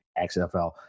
XFL